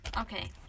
Okay